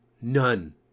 none